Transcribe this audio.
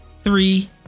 three